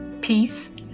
peace